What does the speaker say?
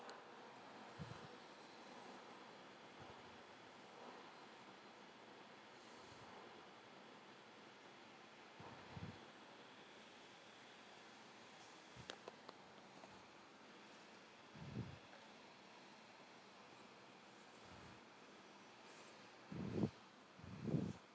mm we've mm mm